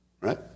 Right